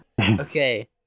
Okay